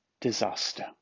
disaster